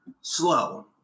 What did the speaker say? slow